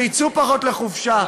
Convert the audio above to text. שיצאו פחות לחופשה,